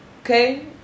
Okay